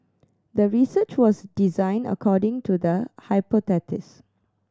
the research was designed according to the hypothesis